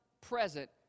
present